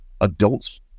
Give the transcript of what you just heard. adults